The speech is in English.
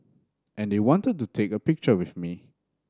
and they wanted to take a picture with me